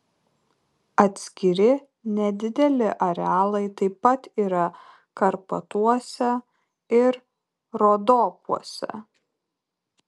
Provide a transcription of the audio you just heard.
atskiri nedideli arealai taip pat yra karpatuose ir rodopuose